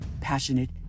passionate